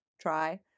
try